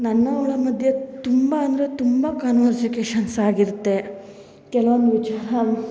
ನನ್ನ ಅವಳ ಮಧ್ಯೆ ತುಂಬ ಅಂದರೆ ತುಂಬ ಕನ್ವರ್ಸಿಕೇಶನ್ಸ್ ಆಗಿರುತ್ತೆ ಕೆಲ್ವೊಂದು ವಿಚಾರ